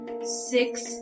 Six